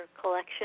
collection